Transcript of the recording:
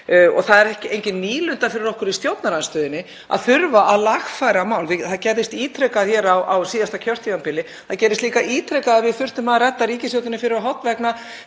Það er engin nýlunda fyrir okkur í stjórnarandstöðunni að þurfa að lagfæra mál. Það gerðist ítrekað hér á síðasta kjörtímabili. Það gerðist líka ítrekað að við þurftum að redda ríkisstjórninni fyrir horn vegna